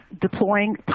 deploying